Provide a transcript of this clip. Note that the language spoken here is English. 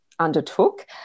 undertook